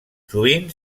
sovint